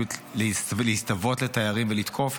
להסתוות לתיירים ולתקוף,